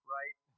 right